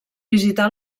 visitar